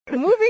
Moving